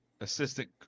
assistant –